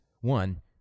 one